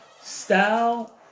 style